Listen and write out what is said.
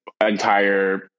entire